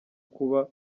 kuba